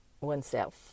oneself